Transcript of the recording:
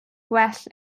gwell